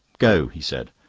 go! he said.